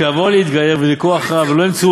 כשיבוא אחד להתגייר מן הגויים ויבדקו אחריו ולא ימצאו